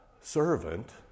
servant